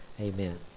Amen